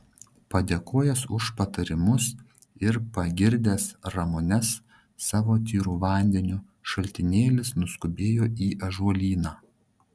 padėkojęs už patarimus ir pagirdęs ramunes savo tyru vandeniu šaltinėlis nuskubėjo į ąžuolyną